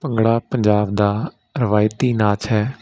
ਭੰਗੜਾ ਪੰਜਾਬ ਦਾ ਰਵਾਇਤੀ ਨਾਚ ਹੈ